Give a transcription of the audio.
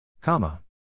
Comma